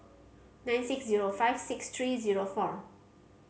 nine six zero five six three zero four